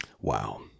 Wow